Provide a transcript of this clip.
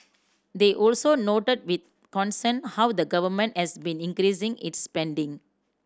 they also noted with concern how the Government has been increasing its spending